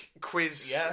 quiz